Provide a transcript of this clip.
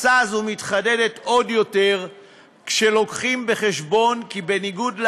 התפיסה הזו מתחדדת עוד יותר כשלוקחים בחשבון כי בניגוד לעבר,